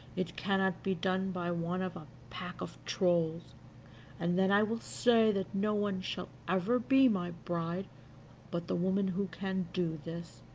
it cannot be done by one of a pack of trolls and then i will say that no one shall ever be my bride but the woman who can do this,